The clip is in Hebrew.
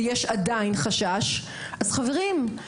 ושיש עדיין חשש אז חברים,